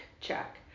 check